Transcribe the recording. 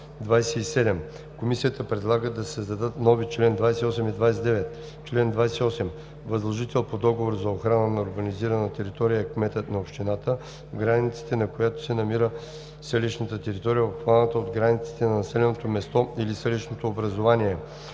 Комисията предлага да се създадат нови чл. 28 и 29: „Чл. 28. Възложител по договор за охрана на урбанизирана територия е кметът на общината, в границите на която се намира селищната територия, обхваната от границите на населеното място или селищното образувание